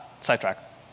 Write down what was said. sidetrack